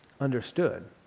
understood